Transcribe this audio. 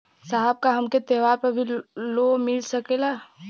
साहब का हमके त्योहार पर भी लों मिल सकेला?